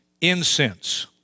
incense